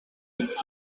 est